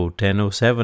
1007